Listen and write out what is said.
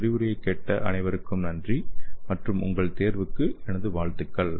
இந்த விரிவுரையைக் கேட்ட அனைவருக்கும் நன்றி மற்றும் உங்கள் தேர்வுகளுக்கு எனது வாழ்த்துகள்